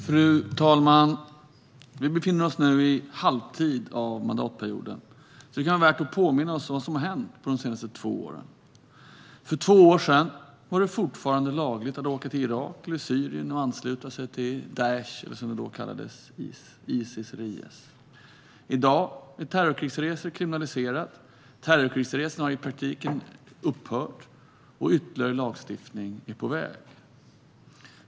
Fru talman! Vi befinner oss nu i halvtid av mandatperioden. Det kan vara värt att påminna oss om vad som har hänt under de senaste två åren. För två år sedan var det fortfarande lagligt att åka till Irak eller Syrien och ansluta sig till Daish eller, som det då kallades, Isis eller IS. I dag är terrorkrigsresor kriminaliserade. Terrorkrigsresorna har i praktiken upphört. Och ytterligare lagstiftning är på väg.